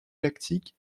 lactique